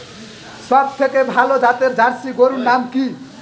সবথেকে ভালো জাতের জার্সি গরুর নাম কি?